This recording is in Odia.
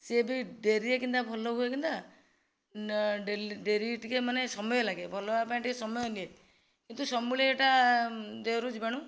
ସିଏ ବି ଡେରିରେ କିନ୍ତା ଭଲ ହୁଏ କିନ୍ତା ଡେରି ଟିକେ ମାନେ ସମୟ ଲାଗେ ଭଲ ହେବା ପାଇଁ ଟିକେ ସମୟ ଲାଗେ କିନ୍ତୁ ସବୁବେଳେ ଏହିଟା ଦେହର ଜୀବାଣୁ